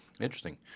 Interesting